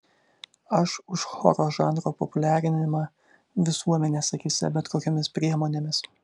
aš už choro žanro populiarinimą visuomenės akyse bet kokiomis priemonėmis